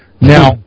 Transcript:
now